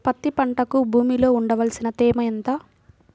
పత్తి పంటకు భూమిలో ఉండవలసిన తేమ ఎంత?